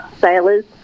sailors